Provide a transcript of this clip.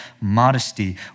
modesty